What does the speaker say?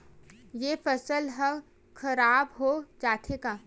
से फसल ह खराब हो जाथे का?